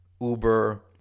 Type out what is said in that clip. Uber